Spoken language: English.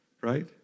Right